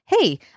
hey